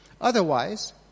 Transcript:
Otherwise